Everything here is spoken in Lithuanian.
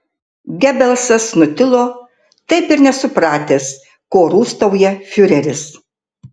gebelsas nutilo taip ir nesupratęs ko rūstauja fiureris